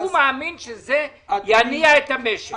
הוא מאמין שזה יניע את המשק.